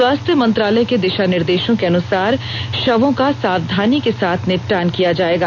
स्वास्थ्य मंत्रालय के दिशानिर्देशों के अनुसार शवों का सावधानी के साथ निपटान किया जाएगा